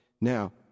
Now